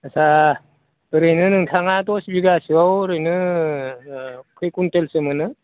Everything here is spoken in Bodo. आस्सा ओरैनो नोंथाङा दस बिगासोआव ओरैनो खै कुइन्टेलसो मोनो